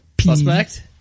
Suspect